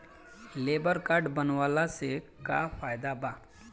Labour card बनवाला से का फायदा बा?